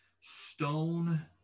stone